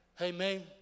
Amen